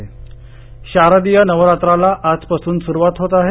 शारदीय नवरात्र शारदीय नवरात्राला आजपासून सुरुवात होत आहे